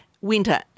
Winter